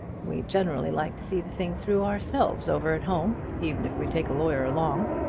we generally like to see the thing through ourselves over at home, even if we take a lawyer along.